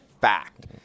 fact